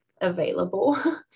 available